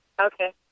Okay